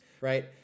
right